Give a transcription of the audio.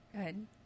Good